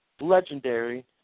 Legendary